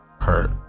hurt